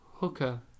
hooker